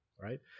right